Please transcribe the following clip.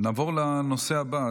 נעבור לנושא הבא,